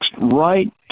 right